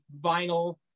vinyl